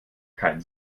kein